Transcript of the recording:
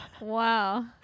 wow